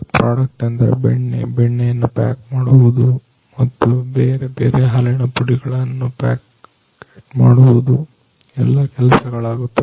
product ಎಂದರೆ ಬೆಣ್ಣೆ ಬೆಣ್ಣೆಯನ್ನು ಪ್ಯಾಕೆಟ್ ಮಾಡುವುದು ಮತ್ತು ಬೇರೆ ಬೇರೆ ಹಾಲಿನ ಪುಡಿಗಳನ್ನು ಪ್ಯಾಕೆಟ್ ಮಾಡುವುದು ಎಲ್ಲಾ ಕೆಲಸಗಳಾಗುತ್ತವೆ